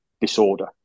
disorder